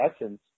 essence